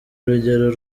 urugero